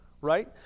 right